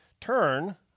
turn